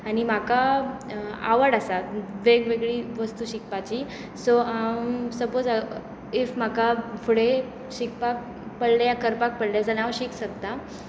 आनी म्हाका आवड आसा वेगवेगळी वस्तू शिकपाची सो हांव सपोज इफ म्हाका फुडें शिकपाक पडलें करपाक पडलें जाल्यार हांव शिक सकतां